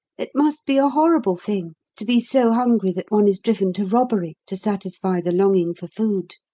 it must be a horrible thing to be so hungry that one is driven to robbery to satisfy the longing for food.